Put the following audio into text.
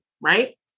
right